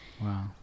Wow